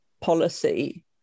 policy